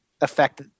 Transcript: affect